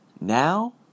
Now